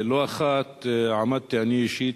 לא אחת עמדתי אני אישית,